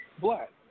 black